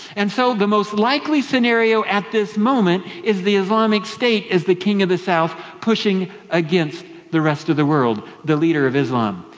and so the most likely scenario at this moment is the islamic state is the king of the south pushing against the rest of the world, the leader of islam.